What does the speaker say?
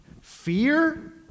Fear